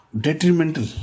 detrimental